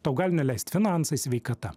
tau gali neleist finansai sveikata